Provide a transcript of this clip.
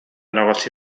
negoci